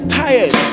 tired